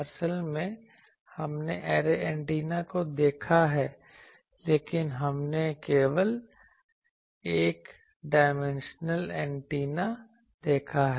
असल में हमने ऐरे एंटेना को देखा है लेकिन हमने केवल एक डायमेंशनल एंटेना देखा है